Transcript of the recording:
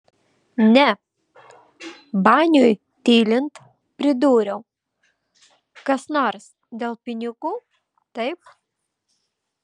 ne baniui tylint pridūriau kas nors dėl pinigų taip